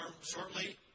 shortly